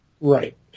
Right